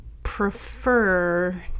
prefer